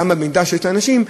גם במידע שיש לאנשים,